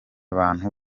bantu